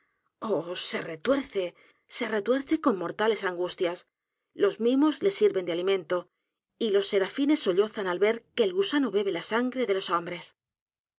oh se retuerce se retuerce con mortales angustias los mimos le sirven de alimento y los serafines sollozan al ver que el gusano bebe la s a n g r e de los hombres